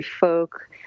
folk